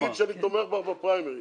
סתיו, אגיד שאני תומך בך בפריימריז